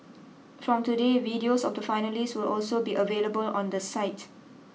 from today videos of the finalists will also be available on the site